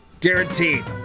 Guaranteed